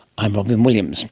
i'm robyn williams